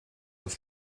auf